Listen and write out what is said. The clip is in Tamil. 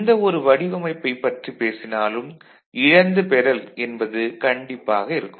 எந்த ஒரு வடிவமைப்பைப் பற்றி பேசினாலும் இழந்துபெறல் என்பது கண்டிப்பாக இருக்கும்